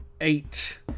eight